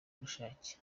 ubushake